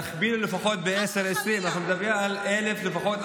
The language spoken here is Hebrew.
תכפילו לפחות ב-10 20. אני מדבר על 1,000 לפחות,